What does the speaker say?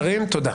קארין, תודה.